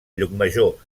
llucmajor